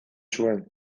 zuen